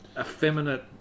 effeminate